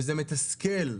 וזה מתסכל,